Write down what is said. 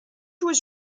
was